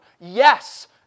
Yes